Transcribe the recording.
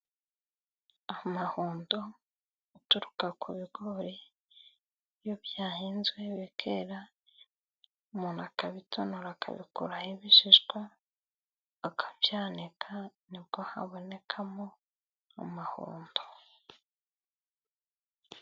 Amahundo uturuka ku bigori iyo byahinzwe bikera umuntu akabitonora akabikuraho ibishishwa, akabyanika nibwo habonekamo amahundo.